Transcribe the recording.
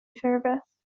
service